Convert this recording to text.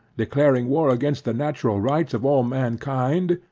declaring war against the natural rights of all mankind,